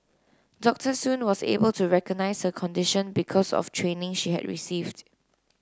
Doctor Soon was able to recognise her condition because of training she had received